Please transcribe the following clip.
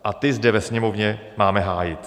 A ty zde ve Sněmovně máme hájit.